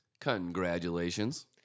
Congratulations